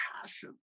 passion